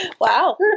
Wow